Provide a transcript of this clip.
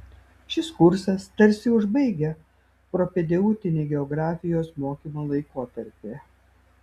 šis kursas tarsi užbaigia propedeutinį geografijos mokymo laikotarpį